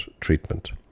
treatment